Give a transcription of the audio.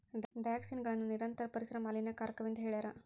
ಡಯಾಕ್ಸಿನ್ಗಳನ್ನು ನಿರಂತರ ಪರಿಸರ ಮಾಲಿನ್ಯಕಾರಕವೆಂದು ಹೇಳ್ಯಾರ